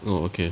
orh okay